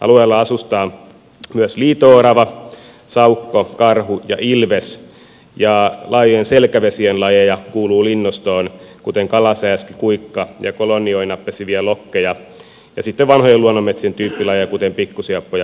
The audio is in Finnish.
alueella asustavat myös liito orava saukko karhu ja ilves ja linnustoon kuuluu laajojen selkävesien lajeja kuten kalasääski kuikka ja kolonioina pesiviä lokkeja ja sitten vanhojen luonnonmetsien tyyppilajeja kuten pikkusieppo ja pohjantikka